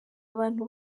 abantu